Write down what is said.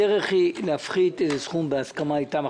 הדרך היחידה היא להפחית את הסכום בהסכמה איתם,